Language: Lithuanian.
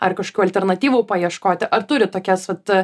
ar kažkokių alternatyvų paieškoti ar turi tokias vat